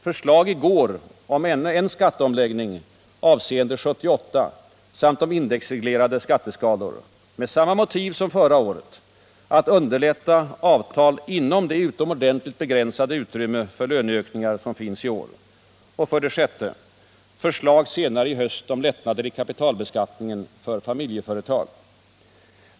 Förslag i går om ännu en skatteomläggning avseende 1978 samt om indexreglerade skatteskalor, med samma motiv som förra året — att underlätta avtal inom det utomordentligt begränsade utrymme för löneökningar som finns i år.